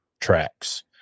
tracks